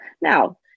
Now